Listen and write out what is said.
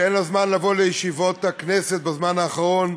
אין לה זמן לבוא לישיבות הכנסת בזמן האחרון,